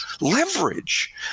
leverage